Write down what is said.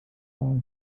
quartal